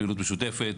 פעילות משותפת.